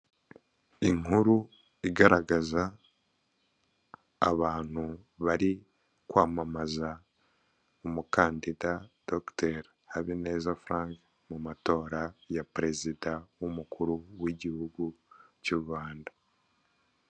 Inkuru igaragaza abantu bari kwamamaza umukandida dogiteri Habineza furaka mu matora ya perezida w'umukuru w'igihugu cy'u Rwanda.